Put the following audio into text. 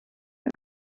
are